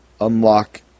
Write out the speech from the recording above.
unlock